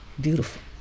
Beautiful